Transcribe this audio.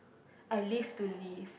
I live to live